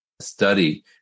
study